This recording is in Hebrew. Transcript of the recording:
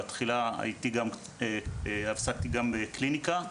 כשבהתחלה עסקתי גם בקליניקה.